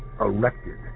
Erected